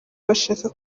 bashaka